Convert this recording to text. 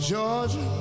Georgia